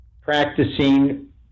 practicing